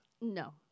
No